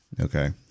Okay